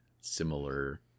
similar